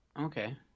okay